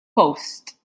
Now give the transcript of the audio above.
post